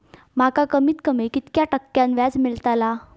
माका कमीत कमी कितक्या टक्क्यान व्याज मेलतला?